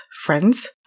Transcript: Friends